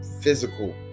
physical